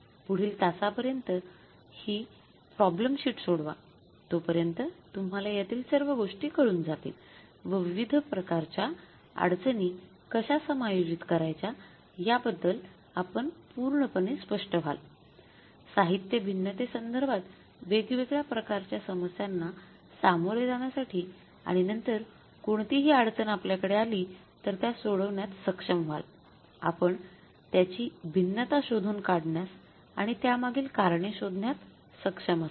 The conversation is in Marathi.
पुढील तासापर्यंत हि प्रॉब्लेम शीट सोडवा तोपर्यंत तुम्हाला यातील सर्व गोष्टी कळून जातील व विविध प्रकारच्या अडचणी कशा समायोजित करायच्या याबद्दल आपण पूर्णपणे स्पष्ट व्हालसाहित्य भिन्नतेसंदर्भात वेगवेगळ्या प्रकारच्या समस्यांना सामोरे जाण्यासाठी आणि नंतर कोणतीही अडचण आपल्याकडे आली तर त्या सोडवण्यात सक्षम व्हाल आपण त्याची भिन्नता शोधून काढण्यास आणि त्यामागील कारणे शोधण्यात सक्षम असाल